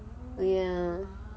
ya